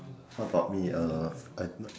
how about me uh I not